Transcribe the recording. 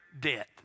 debt